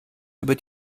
über